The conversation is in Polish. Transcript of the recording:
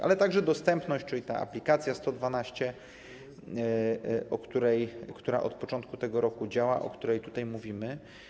Ale także dostępność, czyli ta aplikacja 112, która od początku tego roku działa, o której tutaj mówimy.